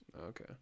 Okay